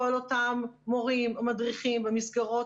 כל אותם מורים או מדריכים במסגרות